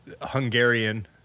Hungarian